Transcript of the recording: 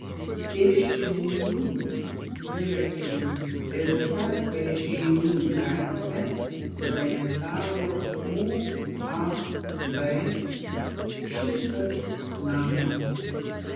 pėsčiųjų dviračių tiltą per žeimių gatvę projektavo uab šiltas namas